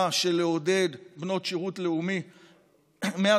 לעודד בנות שירות לאומי מהתפוצות,